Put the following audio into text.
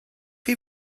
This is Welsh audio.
chi